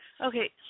Okay